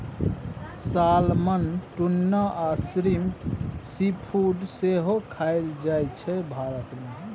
salmon, tuna आ shrimp seafood सेहो खाएल जाइ छै भारत मे